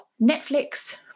Netflix